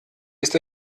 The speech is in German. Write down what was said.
ist